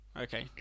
Okay